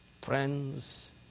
Friends